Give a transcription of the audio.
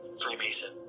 Freemason